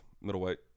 middleweight